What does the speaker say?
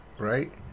right